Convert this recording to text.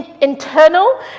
internal